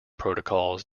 protocols